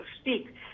speak